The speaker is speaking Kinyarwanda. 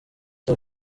cya